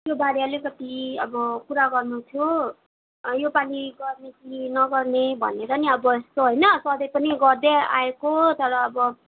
त्यो बारे अलिकति अब कुरा गर्नु थियो योपालि गर्ने कि नगर्ने भनेर नि अब यसो होइन सधैँ पनि गर्दै आएको तर अब